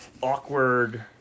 awkward